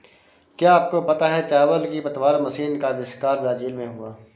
क्या आपको पता है चावल की पतवार मशीन का अविष्कार ब्राज़ील में हुआ